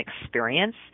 experience